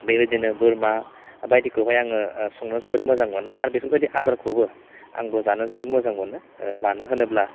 बेबायदिनो बोरमा बायदिखौहाय आङो जोबोर मोजां मोनो आरो बेफोर आदारखौबो आंबो जानो जोबोर मोजां मोनो मानो होनोब्ला